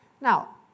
Now